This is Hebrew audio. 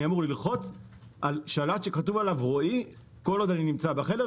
אני אמור ללחוץ על שלט שכתוב בו רועי כל עוד אני נמצא בחדר,